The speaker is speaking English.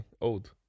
old